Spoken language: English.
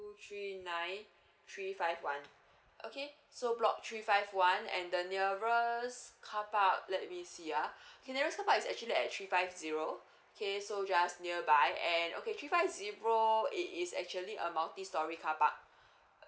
three nine three five one okay so block three five one and the nearest car park let me see ah okay the nearest car park is actually at three five zero okay so just nearby and okay three five zero it is actually a multi storey carpark